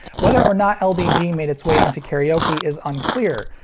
whether or not ld-g made its way into karaoke is unclear,